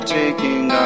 taking